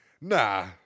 nah